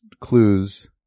clues